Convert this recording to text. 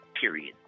period